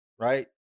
right